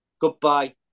goodbye